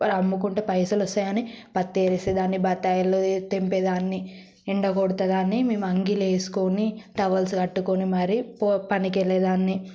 అమ్ముకుంటే పైసలు వస్తాయి అని పత్తి ఏరేసే దాన్ని బత్తాయిలు తెంపేదాన్ని ఎండ కొడతుందని మేము అంగీలు వేసుకొని టవల్స్ కట్టుకొని మరి పనికి వెళ్ళేదాన్ని